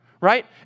right